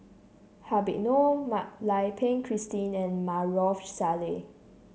Habib Noh Mak Lai Peng Christine and Maarof Salleh